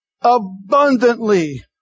abundantly